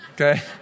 Okay